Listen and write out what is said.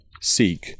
seek